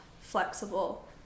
flexible